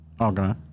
Okay